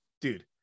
dude